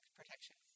protection